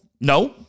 No